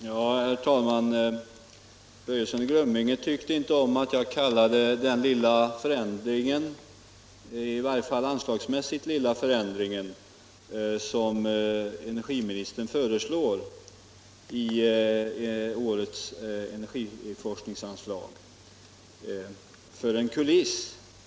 Herr talman! Herr Börjesson i Glömminge tyckte inte om att jag kallade den i varje fall anslagsmässigt lilla förändring som energiministern föreslår beträffande årets energiforskningsanslag för en kuliss.